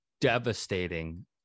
devastating